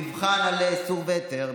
מבחן על איסור והיתר,